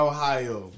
Ohio